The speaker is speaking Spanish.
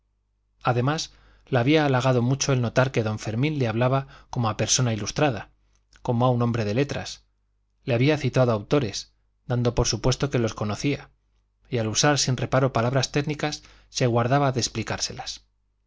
además la había halagado mucho el notar que don fermín le hablaba como a persona ilustrada como a un hombre de letras le había citado autores dando por supuesto que los conocía y al usar sin reparo palabras técnicas se guardaba de explicárselas